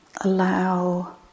allow